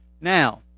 now